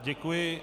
Děkuji.